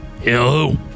Hello